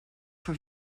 for